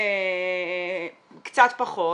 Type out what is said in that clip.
קצת פחות,